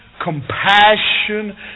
compassion